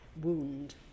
wound